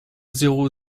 zéro